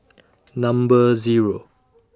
Number Zero